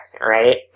right